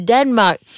Denmark